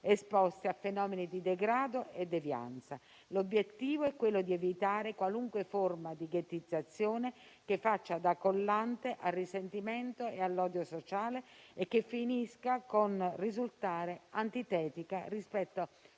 esposti a fenomeni di degrado e devianza. L'obiettivo è quello di evitare qualunque forma di ghettizzazione che faccia da collante al risentimento e all'odio sociale e che finisca con il risultare antitetica rispetto